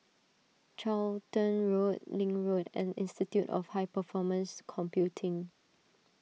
Charlton Road Link Road and Institute of High Performance Computing